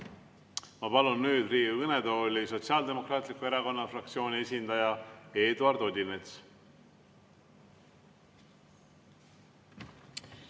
Ma palun nüüd Riigikogu kõnetooli Sotsiaaldemokraatliku Erakonna fraktsiooni esindaja Eduard Odinetsi.